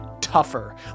tougher